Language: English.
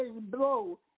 blow